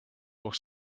pour